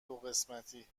قسمتی